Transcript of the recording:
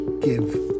give